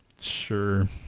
Sure